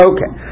Okay